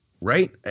right